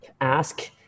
ask